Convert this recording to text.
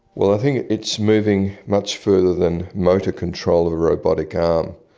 well, i think it's moving much further than motor control of the robotic um